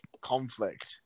conflict